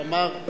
הוא אמר,